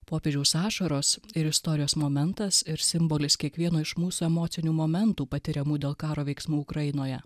popiežiaus ašaros ir istorijos momentas ir simbolis kiekvieno iš mūsų emocinių momentų patiriamų dėl karo veiksmų ukrainoje